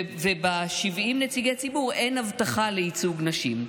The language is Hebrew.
וב-70 נציגי ציבור אין הבטחה לייצוג נשים,